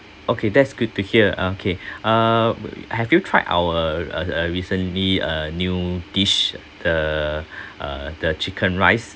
okay that's good to hear okay uh have you tried our uh uh recently a new dish the uh the chicken rice